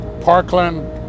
Parkland